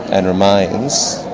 and remains,